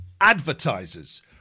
advertisers